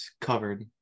covered